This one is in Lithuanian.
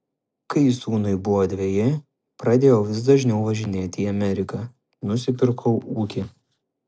kai sūnui buvo dveji pradėjau vis dažniau važinėti į ameriką nusipirkau ūkį